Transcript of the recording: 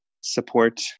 support